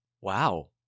Wow